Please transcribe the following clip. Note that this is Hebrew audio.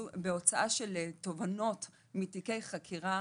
הוצאת תובנות מתיקי חקירה,